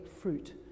fruit